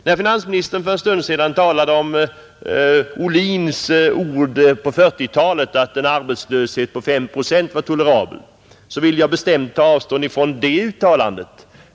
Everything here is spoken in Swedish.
När finansministern för en stund sedan talade om Bertil Ohlins ord på 1940-talet, att en arbetslöshet på 5 procent var tolerabel, vill jag bestämt ta avstånd från det uttalandet.